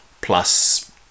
plus